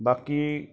ਬਾਕੀ